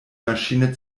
maschine